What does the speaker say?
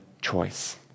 choice